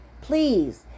please